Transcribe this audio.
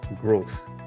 growth